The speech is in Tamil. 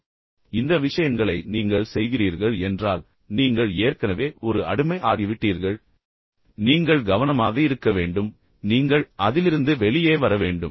எனவே நான் சொன்னது போல் இந்த விஷயங்களை நீங்கள் செய்கிறீர்கள் என்றால் நீங்கள் ஏற்கனவே ஒரு அடிமை ஆகிவிட்டீர்கள் மற்றும் பின்னர் நீங்கள் மிகவும் கவனமாக இருக்க வேண்டும் நீங்கள் அதிலிருந்து வெளியே வர வேண்டும்